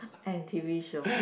and T_V show